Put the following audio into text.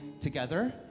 together